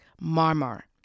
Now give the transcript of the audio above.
Marmar